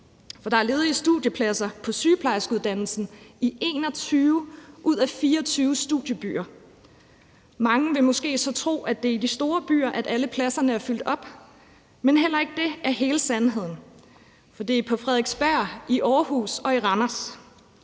der er ledige studiepladser på sygeplejerskeuddannelsen i 21 ud af 24 studiebyer. Mange vil så måske tro, at det er i de store byer, at alle pladserne er fyldt op, men heller ikke det er hele sandheden, for det er på Frederiksberg, i Aarhus og i Randers.